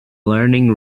learning